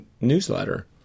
newsletter